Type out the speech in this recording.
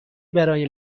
برای